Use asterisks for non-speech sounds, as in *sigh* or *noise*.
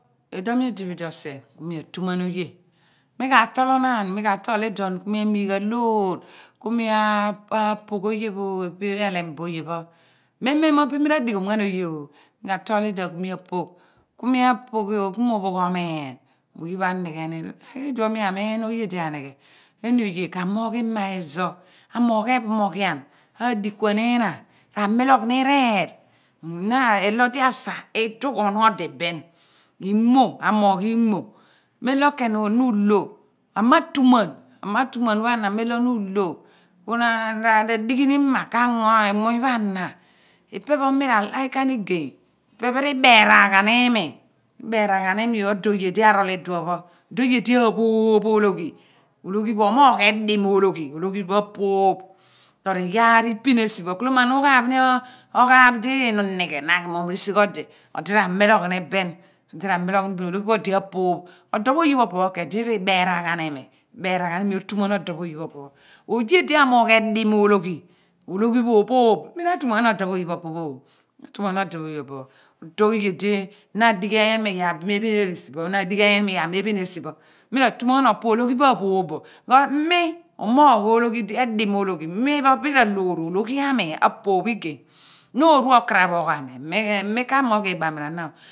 *noise* i duon mi odi bo iduon sien ku mi atuman oye mi ka tolanaan mika toli iduon mi amigha loor ku mi apogh oye pho ipe elem bo oye pho memem bin mi ra ra dighomghan oyeoo mi ka tol iduon ku mi apogho ku mi rophogh omiin mo oyepho anighe ni iduo mi amiin oye dia anighe eni oye ka mogh i ma ezor amogh ephomoghian aadikuan ina ra miloghni reer na ilo odi aja idugh onuodi bin inmo amogh inmo mem lo khen na ulo amatuman amatuman pha na mem lo na ulo ku ke ra dighi ima k/ango muuny pho pgo ana ipe pho mira like ghan igey ipe pho ri beraan ghan imi iberaan ghan imi odo oye di arol iduo pho odo oye dia ophoph ologhi ologhi apoph toro iyaar ipin esi pho khala ma na ughaaph ni oghaaph di unighe na aghimom ribigh odi odi ra milogh ni bin ra milogh ni bin odi ra miloghni bin ologhi pho odi aphoph odopho oye pho opo pho ku edi riberaren ghen imi riberaan edi riberaren ghan imi riberaan ghan imi otuman odo pho oye pho oye pho opo oye di amogh edim ologhi ologhi pho ophoph mi ra tuman ghan odo pho oye pho opo pho odo oye di na dighi enyenum iya bin me phin esi pho na dighi enyenum iyar bin me phin esi pho mira tuman ghan opo ologhi pho aphoph pho ko mi umogh ologhi di edim ologhi mi pho bin ra loor ologhi ami apooph igey na oru okaraph oghor ami mi mi ka iibaghami rana.